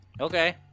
Okay